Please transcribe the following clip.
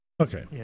Okay